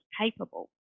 capable